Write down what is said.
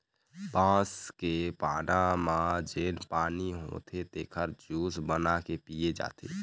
बांस के पाना म जेन पानी होथे तेखर जूस बना के पिए जाथे